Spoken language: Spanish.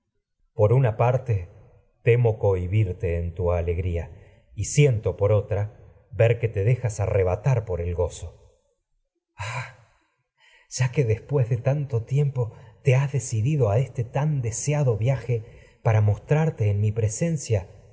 orestes poruña parte temo cohibirte en tu ale gría y siento el por otra ver que te dejas arrebatar por gozo electra ah ya que después de tanto tiempo te viaje para has decidido a este tan deseado mostrarte en mi presencia